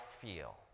feel